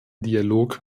dialog